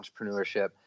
entrepreneurship